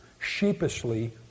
sheepishly